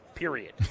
period